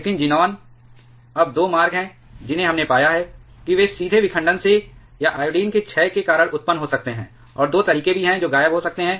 लेकिन ज़ीनान अब दो मार्ग हैं जिन्हें हमने पाया है कि वे सीधे विखंडन से या आयोडीन के क्षय के कारण उत्पन्न हो सकते हैं और दो तरीके भी हैं जो गायब हो सकते हैं